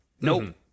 Nope